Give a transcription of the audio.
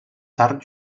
tard